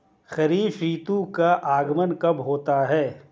खरीफ ऋतु का आगमन कब होता है?